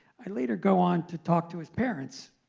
i later go on to talk to his parents.